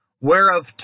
whereof